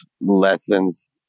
lessons